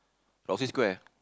Roxy Square